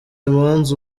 imanza